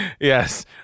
Yes